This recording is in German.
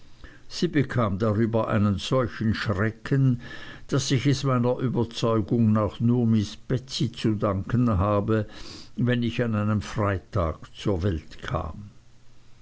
sie bekam darüber einen solchen schrecken daß ich es meiner überzeugung nach nur miß betsey zu danken habe wenn ich an einem freitag zur welt kam